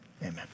amen